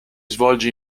svolge